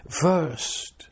first